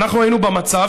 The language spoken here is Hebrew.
אנחנו היינו במצב,